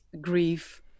grief